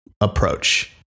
approach